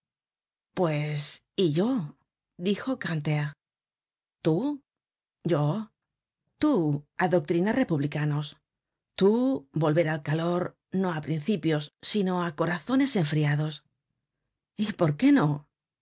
pues y yo dijo grantaire tú yo tú adoctrinar republicanos tú volver el calor no á principios sino á corazones enfriados y por qué no